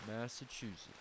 Massachusetts